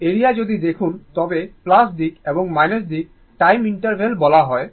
area যদি দেখুন তবে দিক এবং দিক টাইম ইন্টারভ্যাল বলা একই